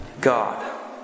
God